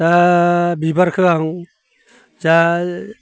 दा बिबारखो आं जा